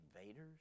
invaders